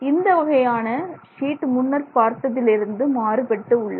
இந்த வகையான சீட் முன்னர் பார்த்ததிலிருந்து மாறுபட்டு உள்ளது